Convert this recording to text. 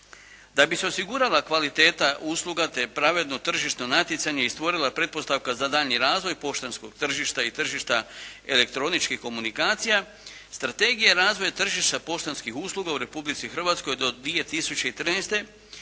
Da bi se osigurala kvaliteta usluga te pravedno tržišno natjecanje i stvorila pretpostavka za daljnji razvoj poštanskog tržišta i tržišta elektroničkih komunikacija, strategija razvoja tržišta poštanskih usluga u Republici Hrvatskoj do 2013.